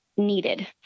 needed